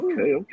Okay